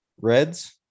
reds